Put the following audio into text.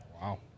Wow